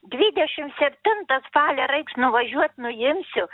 dvidešim septintą spalio reiks nuvažiuot nuimsiu